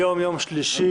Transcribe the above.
היום יום שלישי,